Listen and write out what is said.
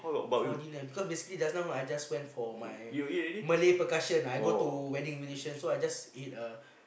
for dinner because basically just now I just went for my Malay percussion I go to wedding invitation so I just ate a